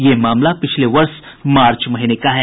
यह मामला पिछले वर्ष मार्च महीने का है